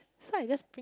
so I just